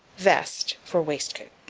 vest for waistcoat.